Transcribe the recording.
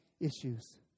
issues